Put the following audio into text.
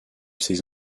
ses